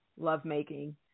lovemaking